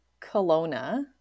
Kelowna